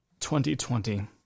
2020